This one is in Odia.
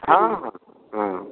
ହଁ ହଁ ହଁ